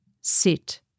sit